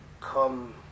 come